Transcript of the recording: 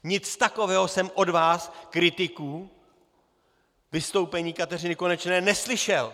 Nic takového jsem od vás, kritiků vystoupení Kateřiny Konečné, neslyšel.